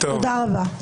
תודה רבה.